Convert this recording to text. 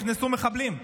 נכנסו מחבלים,